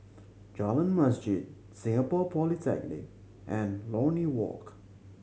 Jalan Masjid Singapore Polytechnic and Lornie Walk